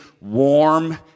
warm